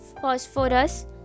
phosphorus